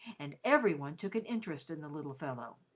and every one took an interest in the little fellow,